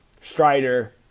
Strider